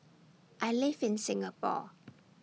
I live in Singapore